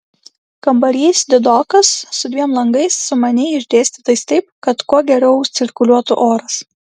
kambarys didokas su dviem langais sumaniai išdėstytais taip kad kuo geriau cirkuliuotų oras